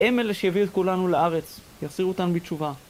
הם אלה שיביאו את כולנו לארץ יחזירו אותם בתשובה